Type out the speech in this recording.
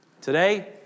Today